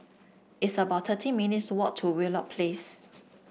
it's about thirty minutes' walk to Wheelock Place